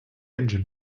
engine